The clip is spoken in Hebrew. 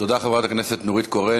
תודה, חברת הכנסת נורית קורן.